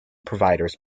providers